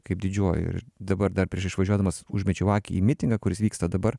kaip didžiuoju ir dabar dar prieš išvažiuodamas užmečiau akį į mitingą kuris vyksta dabar